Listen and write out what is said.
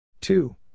Two